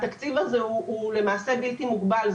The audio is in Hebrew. התקציב הזה הוא למעשה בלתי מוגבל,